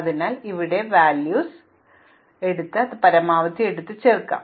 അതിനാൽ എനിക്ക് ഇവിടെ മൂല്യം ഇവിടെ മൂല്യം ഇവിടെയുള്ള മൂല്യം എന്നിവ എടുത്ത് അത് പരമാവധി എടുത്ത് ഇവിടെ ചേർക്കാം